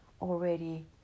already